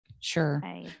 sure